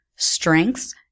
strengths